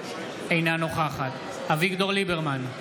אינה נוכחת אביגדור ליברמן,